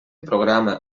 programa